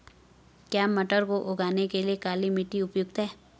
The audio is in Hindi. क्या मटर को उगाने के लिए काली मिट्टी उपयुक्त है?